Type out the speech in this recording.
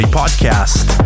podcast